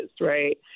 right